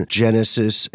genesis